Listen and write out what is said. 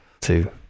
two